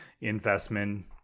investment